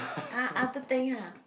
!huh! other thing ah